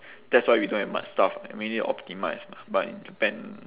that's why we don't have much stuff mainly optimise mah but in japan